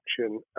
action